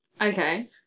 Okay